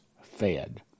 fed